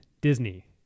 Disney